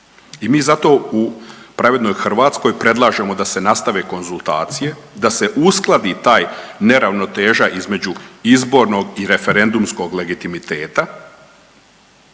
I mi zato u Pravednoj Hrvatskoj predlažemo da se nastave konzultacije, da se uskladi ta neravnoteža između izbornog i referendumskog legitimiteta.